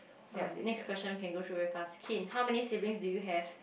oh next question can go through very fast Keane how many siblings do you have